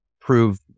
prove